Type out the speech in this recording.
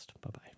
Bye-bye